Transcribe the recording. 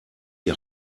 die